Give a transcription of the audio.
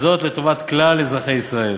לטובת כלל אזרחי ישראל.